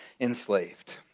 enslaved